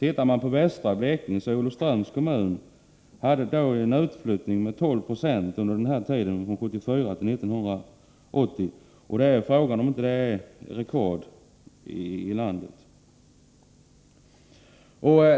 I västra Blekinge hade Olofströms kommun en utflyttning på 12 96 under denna period. Det är fråga om huruvida detta inte är rekord i landet.